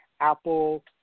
Apple